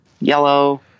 yellow